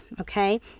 Okay